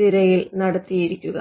തിരയൽ നടത്തിയിരിക്കുക